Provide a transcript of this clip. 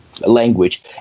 language